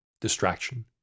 distraction